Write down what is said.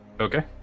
Okay